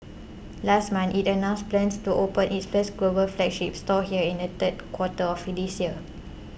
last month it announced plans to open its first global flagship store here in the third quarter of this year